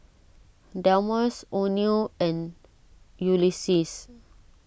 Delmus oneal and Ulises